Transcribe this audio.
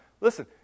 listen